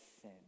sin